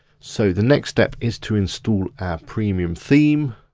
so the next step is to instal our premium theme,